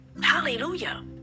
Hallelujah